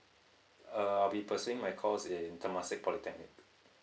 uh I'll be pursuing my course in Temasek Polytechnic